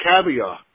caviar